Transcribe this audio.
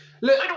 look